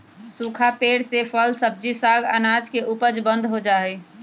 सूखा पेड़ से फल, सब्जी, साग, अनाज के उपज बंद हो जा हई